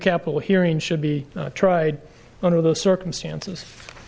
capital hearing should be tried under the circumstances